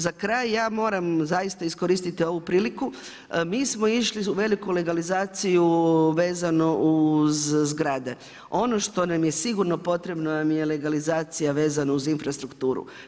Za kraj ja moram zaista iskoristiti ovu priliku, mi smo išli u veliku legalizaciju vezano uz zgrade, ono što nam je sigurno potrebna nam je legalizacija vezana uz infrastrukturu.